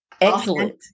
Excellent